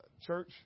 Church